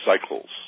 cycles